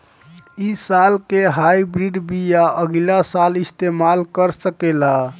इ साल के हाइब्रिड बीया अगिला साल इस्तेमाल कर सकेला?